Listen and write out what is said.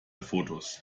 fotos